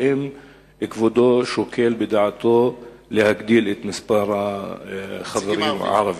האם כבודו שוקל להגדיל את מספר החברים הערבים?